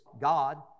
God